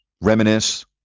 reminisce